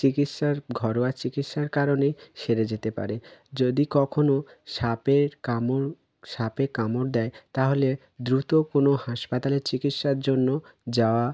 চিকিৎসার ঘরোয়া চিকিৎসার কারণে সেরে যেতে পারে যদি কখনও সাপের কামড় সাপে কামড় দেয় তাহলে দ্রুত কোনো হাসপাতালে চিকিৎসার জন্য যাওয়া